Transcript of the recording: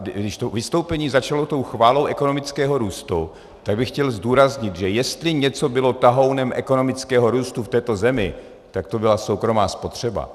Když to vystoupení začalo chválou ekonomického růstu, tak bych chtěl zdůraznit, že jestli něco bylo tahounem ekonomického růstu v této zemi, tak to byla soukromá spotřeba.